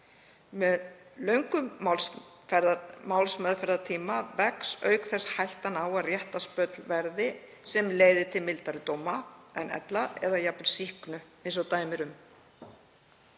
Með löngum málsmeðferðartíma vex auk þess hættan á að réttarspjöll verði sem leiði til mildari dóma en ella eða jafnvel sýknu eins og dæmi eru um.